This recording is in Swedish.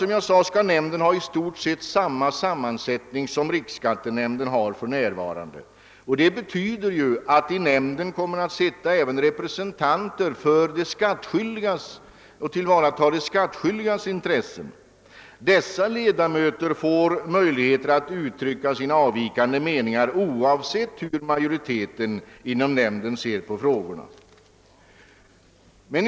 Som jag sade skall nämnden ha i stort sett samma sammansättning som riksskattenämnden för närvarande har, och det betyder att i nämnden kommer att sitta även representanter för de skattskyldiga för att tillvarata deras intressen. Dessa ledamöter får möjligheter att uttrycka sina avvikande meningar oavsett hur majoriteten inom nämnden ser på frågorna.